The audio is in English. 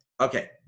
okay